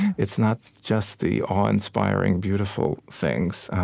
it's not just the awe-inspiring beautiful things.